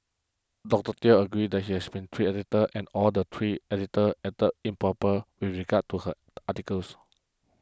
Doctor Teo agreed that he has been three editors and all the three editors acted improper with regard to her articles